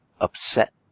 upset